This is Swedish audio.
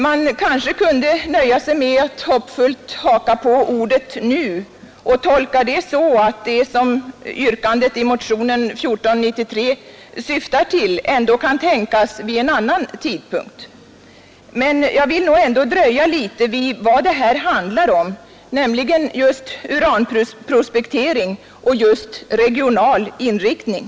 Man kanske kunde nöja sig med att hoppfullt haka på ordet ”nu” och tolka detta så att det som yrkandet i motionen 1493 syftar till ändå kan tänkas vid en annan tidpunkt. Men jag vill nog ändå dröja litet vid vad det här handlar om, nämligen just uranprospektering och regional inriktning.